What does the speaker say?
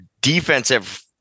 defensive